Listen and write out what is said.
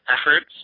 efforts